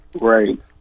right